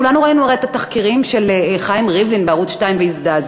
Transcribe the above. כולנו ראינו הרי את התחקירים של חיים ריבלין בערוץ 2 והזדעזענו.